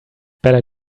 better